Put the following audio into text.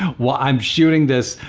while i'm shooting this,